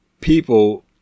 people